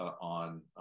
on